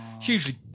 hugely